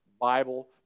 Bible